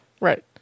Right